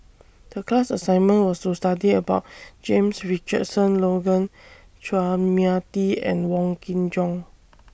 The class assignment was to study about James Richardson Logan Chua Mia Tee and Wong Kin Jong